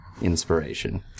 inspiration